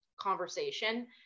conversation